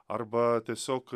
arba tiesiog